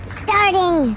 ...starting